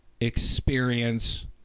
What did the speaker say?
experience